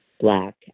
black